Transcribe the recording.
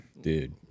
Dude